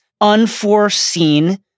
unforeseen